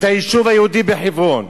את היישוב היהודי בחברון,